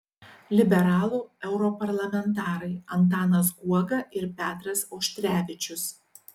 liberalų europarlamentarai antanas guoga ir petras auštrevičius